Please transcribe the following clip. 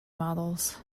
models